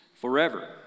forever